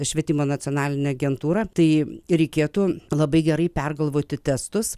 švietimo nacionalinė agentūra tai reikėtų labai gerai pergalvoti testus